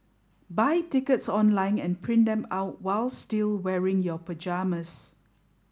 buy tickets online and print them out while still wearing your pyjamas